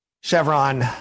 Chevron